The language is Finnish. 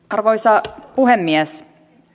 arvoisa puhemies